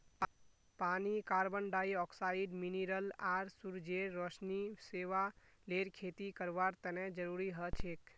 पानी carbon dioxide mineral आर सूरजेर रोशनी शैवालेर खेती करवार तने जरुरी हछेक